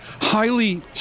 highly